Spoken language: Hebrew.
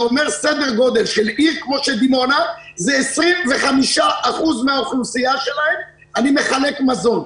זה אומר: בעיר בסדר גודל כמו דימונה ל-25% מן האוכלוסייה אני מחלק מזון.